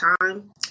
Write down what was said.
time